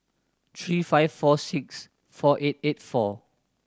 three five four six four eight eight four